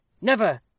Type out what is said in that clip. Never